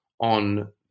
on